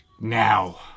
Now